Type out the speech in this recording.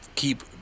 keep